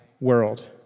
world